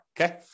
Okay